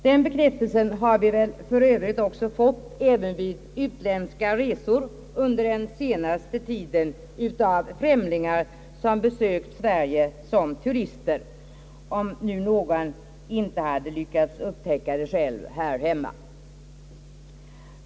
Den bekräftelsen har vi väl för övrigt också fått även vid utlandsresor under den senaste tiden eller av främlingar som besökt Sverige som turister, om nu någon händelsevis inte hade lyckats upptäcka det själv här hemma.